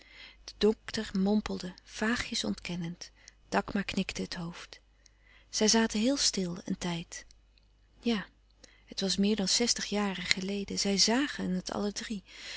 de dokter mompelde vaagjes ontkennend takma knikte het hoofd zij zaten heel stil een tijd ja het was meer dan zestig jaren geleden zij zàgen het alle drie